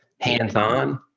hands-on